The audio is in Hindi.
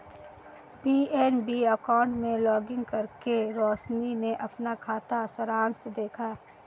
पी.एन.बी अकाउंट में लॉगिन करके रोशनी ने अपना खाता सारांश देखा